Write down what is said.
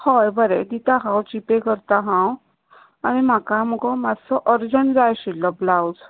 हय बरें दिता हांव जी पे करता हांव आनी म्हाका मुगो मात्सो अर्जंट जाय आशिल्लो ब्लाउज